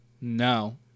No